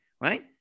Right